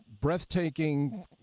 breathtaking